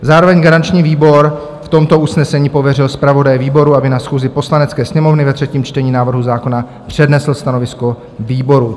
Zároveň garanční výbor v tomto usnesení pověřil zpravodaje výboru, aby na schůzi Poslanecké sněmovny ve třetím čtení návrhu zákona přednesl stanovisko výboru.